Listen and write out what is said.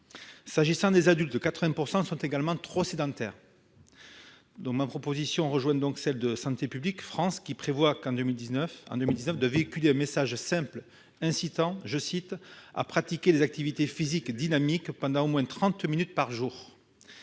S'agissant des adultes, 80 % sont également trop sédentaires. Cette proposition rejoint celle de Santé publique France, qui prévoit en 2019 de véhiculer un message simple incitant à « pratiquer des activités physiques dynamiques pendant au moins 30 minutes par jour